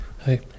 Hi